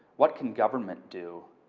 what can government do?